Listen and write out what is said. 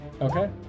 Okay